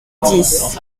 dix